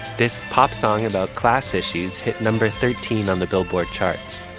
this pop song about class issues hit number thirteen on the billboard charts.